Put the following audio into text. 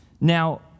Now